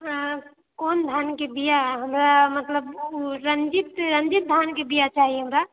कोन धानके बिआ हमरा मतलब रञ्जित रञ्जित धानके बिआ चाही हमरा